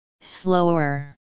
Slower